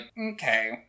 okay